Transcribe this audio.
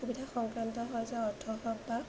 সুবিধা সংক্ৰান্ত হৈ যে অৰ্থই হওক বা